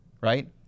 right